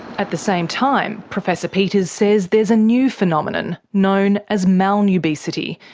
at the same time, professor peeters says there's a new phenomenon, known as malnubesity,